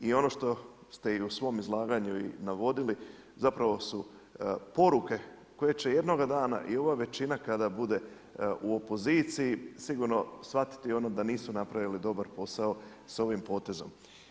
I ono što ste i u svom izlaganju i navodili zapravo su poruke koje će jednoga dana i ova većina kada bude u opoziciji, sigurno shvatiti da nisu napravili dobar posao sa ovim potezom.